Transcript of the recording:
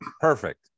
Perfect